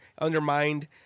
Undermined